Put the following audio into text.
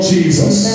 Jesus